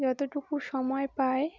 যতটুকু সময় পায়